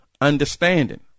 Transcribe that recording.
understanding